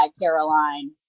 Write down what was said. Caroline